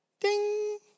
ding